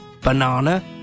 banana